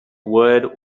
wood